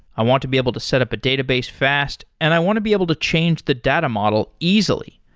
i want to be able to set up a database fast and i want to be able to change the data model easily.